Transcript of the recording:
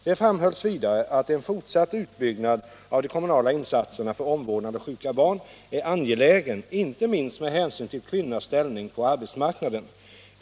Det framhölls vidare att en fortsatt utbyggnad av de kommunala insatserna för omvårdnad av sjuka barn är angelägen inte minst med hänsyn till kvinnornas ställning på arbetsmarknaden.